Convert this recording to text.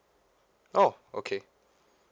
oh okay